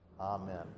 amen